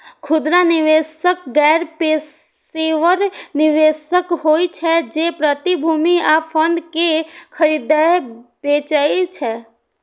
खुदरा निवेशक गैर पेशेवर निवेशक होइ छै, जे प्रतिभूति आ फंड कें खरीदै बेचै छै